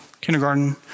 kindergarten